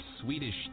Swedish